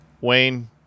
Wayne